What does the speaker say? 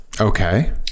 Okay